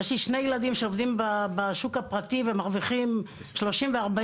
יש לי שני ילדים שעובדים בשוק הפרטי והם מרוויחים 30 ו-40